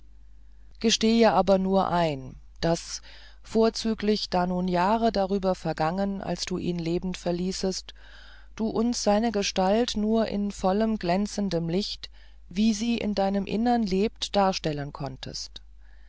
gestehe aber nur ein daß vorzüglich da nun jahre darüber vergangen als du ihn lebend verließest du uns seine gestalt nur in vollem glänzenden licht wie sie in deinem innern lebt darstellen konntest